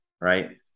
right